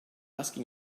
asking